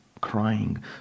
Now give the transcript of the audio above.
crying